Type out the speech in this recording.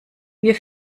wir